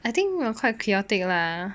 I think we are quite chaotic lah